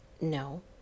No